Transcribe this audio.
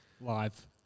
live